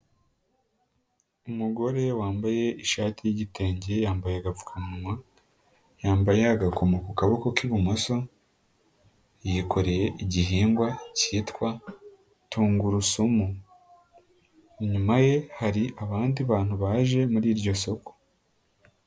Umugore wambaye ishati y'igitenge yambaye agapfukamunwa, yambaye agakoma ku kaboko k'ibumoso, yikoreye igihingwa kitwa tungurusumu, inyuma ye hari abandi bantu baje muri iryo soko.